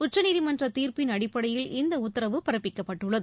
உச்சநீதிமன்றத் தீர்ப்பின் அடிப்படையில் இந்த உத்தரவு பிறப்பிக்கப்பட்டுள்ளது